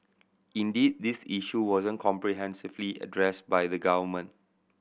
indeed this issue wasn't comprehensively addressed by the government